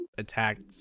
Attacked